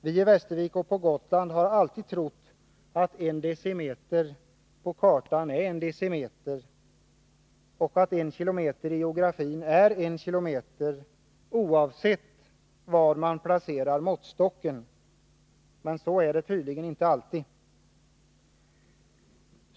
Vii Västervik och på Gotland har alltid trott att en decimeter på kartan är en decimeter och att en kilometer i geografin är en kilometer, oavsett var man placerar måttstocken. Men så är det tydligen inte alltid.